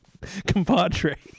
compadre